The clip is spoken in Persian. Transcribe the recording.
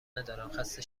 ندارم، خسته